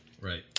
Right